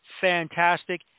fantastic